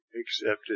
accepted